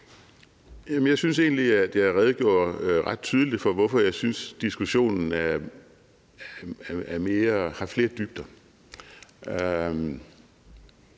Jeg synes egentlig, at jeg redegjorde ret tydeligt for, hvorfor jeg synes diskussionen har flere dybder.